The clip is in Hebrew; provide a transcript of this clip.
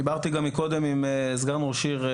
דיברתי גם מקודם עם סגן ראש העיר.